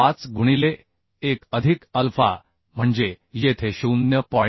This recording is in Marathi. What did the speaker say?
5 गुणिले 1 अधिक अल्फा म्हणजे येथे 0